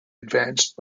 advanced